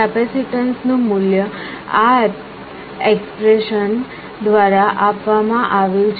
કેપેસિટન્સનું મૂલ્ય આ ઍક્સ્પ્રેશન દ્વારા આપવામાં આવ્યું છે